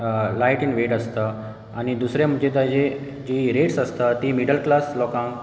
light in weight आसता आनी दुसरे म्हणजे ताची रेट्स आसता ती मिडल क्लास लोकांक